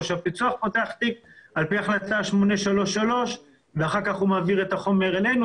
שהפיצו"ח פותח תיק על-פי החלטה 833 ואחר כך הוא מעביר את החומר אלינו.